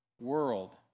world